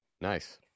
Nice